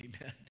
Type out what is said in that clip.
amen